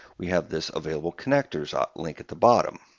we have this available connectors ah link at the bottom,